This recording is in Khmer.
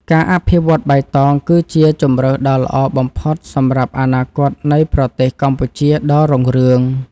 ការអភិវឌ្ឍបៃតង គឺជាជម្រើសដ៏ល្អបំផុតសម្រាប់អនាគតនៃប្រទេសកម្ពុជាដ៏រុងរឿង។